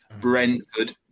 Brentford